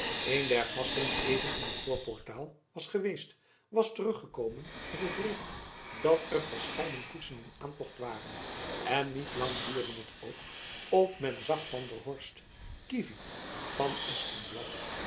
een der gasten die even in t voorportaal was geweest was terug gekomen met het bericht dat er verscheiden koetsen in aantocht waren en niet lang duurde het ook of men zag van der horst kievit van